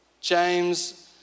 James